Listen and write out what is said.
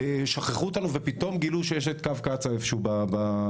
שכחו אותנו ופתאום גילו שיש קו קצא"א איפה שהוא בתוכנית,